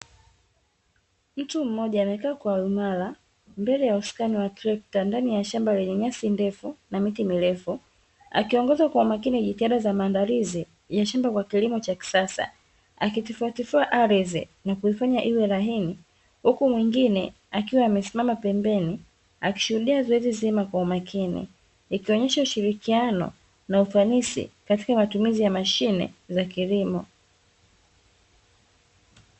Mtu mmoja anaonekana kuwa imara mbele ya usukani wa trekta ndani ya shamba lenye nyasi ndefu na miti mirefu akiongoza kwa umakini jitihada za maandalizi ya shamba kwa kilimo cha kisasa akitifua aridhi na kuifanya iwe laini, huku mwingine akiwa amesimama pembeni akishuhudia zoezi zima kwa umakini ikionyesha ushirikiano na ufanisi na matumizi ya mashine ya kilimo.